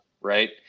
Right